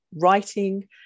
writing